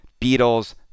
Beatles